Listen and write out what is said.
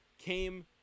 came